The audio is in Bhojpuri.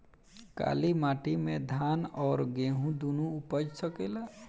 काली माटी मे धान और गेंहू दुनो उपज सकेला?